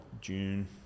June